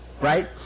Right